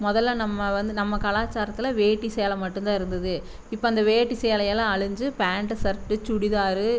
முதல்ல நம்ம வந்து நம்ம கலாச்சாரத்தில் வேட்டி சேலை மட்டும் தான் இருந்தது இப்போ அந்த வேட்டி சேலையெல்லாம் அழிஞ்சு பேண்ட்டு சர்ட்டு சுடிதாரு